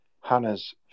Hannah's